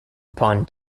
upon